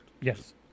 Yes